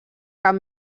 cap